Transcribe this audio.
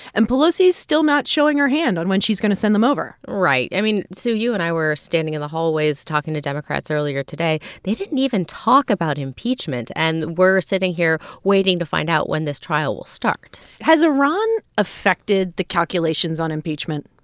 and pelosi is still not showing her hand on when she's going to send them over right. i mean, sue, you and i were standing in the hallways talking to democrats earlier today. they didn't even talk about impeachment, and we're sitting here waiting to find out when this trial will start has iran affected the calculations on impeachment?